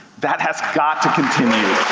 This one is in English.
that has got to continue, to